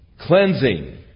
cleansing